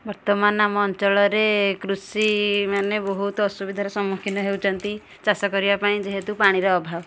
ବର୍ତ୍ତମାନ ଆମ ଅଞ୍ଚଳରେ କୃଷି ମାନେ ବହୁତ ଅସୁବିଧାରେ ସମ୍ମୁଖୀନ ହେଉଛନ୍ତି ଚାଷ କରିବା ପାଇଁ ଯେହେତୁ ପାଣିର ଅଭାବ